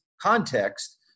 context